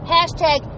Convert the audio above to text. Hashtag